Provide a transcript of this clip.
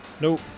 nope